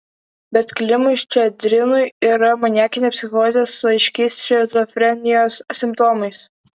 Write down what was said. bet klimui ščedrinui yra maniakinė psichozė su aiškiais šizofrenijos simptomais